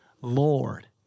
Lord